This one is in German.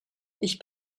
ich